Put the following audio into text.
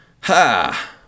Ha